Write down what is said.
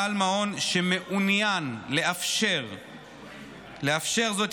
בעל מעון שמעוניין לאפשר זאת,